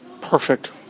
Perfect